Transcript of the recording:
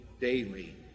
daily